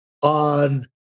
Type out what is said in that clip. on